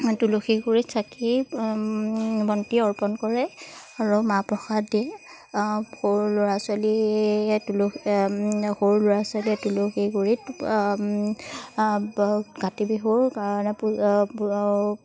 তুলসী গুড়িত চাকি বন্তি অৰ্পণ কৰে আৰু মাহ প্ৰসাদ দিয়ে সৰু ল'ৰা ছোৱালীয়ে তুলসী সৰু ল'ৰা ছোৱালীয়ে তুলসী গুৰিত কাতি বিহুৰ কাৰণে